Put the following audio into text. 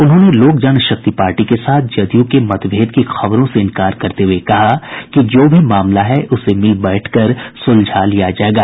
उन्होंने लोक जनशक्ति पार्टी के साथ जदयू के मतभेद की खबरों से इंकार करते हुए कहा कि जो भी मामला है उसे मिल बैठकर सुलझा लिया जायेगा